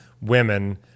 women